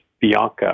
Bianca